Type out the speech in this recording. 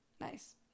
Nice